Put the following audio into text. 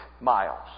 miles